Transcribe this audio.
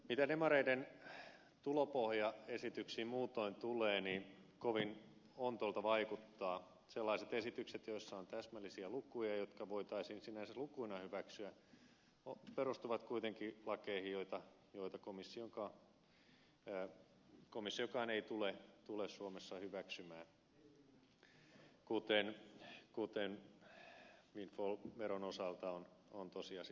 mitä demareiden tulopohjaesityksiin muutoin tulee kovin ontoilta vaikuttavat sellaiset esitykset joissa on täsmällisiä lukuja ja jotka voitaisiin sinänsä lukuina hyväksyä mutta perustuvat kuitenkin lakeihin joita komissiokaan ei tule suomessa hyväksymään kuten windfall veron osalta on tosiasia